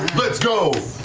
let's go!